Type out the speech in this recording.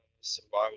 Survival